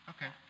Okay